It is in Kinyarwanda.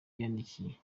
yandikiye